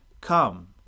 Come